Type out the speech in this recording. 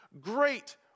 great